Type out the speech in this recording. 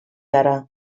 gara